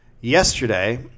Yesterday